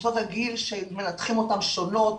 קבוצות הגיל שמנתחים אותן שונות.